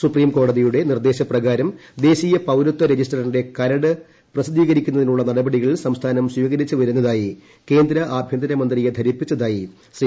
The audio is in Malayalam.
സുപ്രീംകോടതിയുടെ നിർദ്ദേശ പ്രകാരം ദേശീയ പൌരത്വ രജിസ്റ്ററിന്റെ കരട് പ്രസിദ്ധീകരിക്കുന്നതിനുള്ള നടപടികൾ സംസ്ഥാനം സ്വീകരിച്ച് വരുന്നതായി കേന്ദ്ര ആഭ്യന്തരമന്ത്രിയെ ധരിപ്പിച്ചതായി ശ്രീ